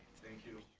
thank you.